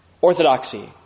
orthodoxy